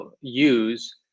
use